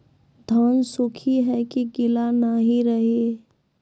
धान सुख ही है की गीला नहीं रहे?